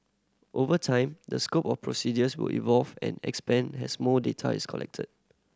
over time the scope of procedures will evolve and expand has more data is collected